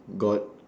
got